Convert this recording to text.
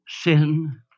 sin